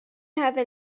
هذا